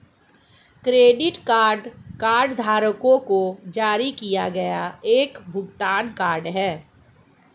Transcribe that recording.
credit card कार्डधारकों को जारी किया गया एक भुगतान कार्ड है